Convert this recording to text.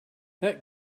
that